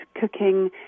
cooking